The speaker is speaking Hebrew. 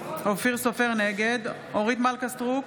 סופר, נגד אורית מלכה סטרוק,